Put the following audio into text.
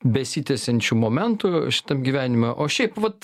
besitęsiančių momentų šitam gyvenime o šiaip vat